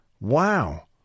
Wow